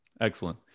Excellent